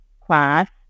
class